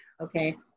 okay